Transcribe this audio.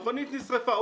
המכונית נשרפה,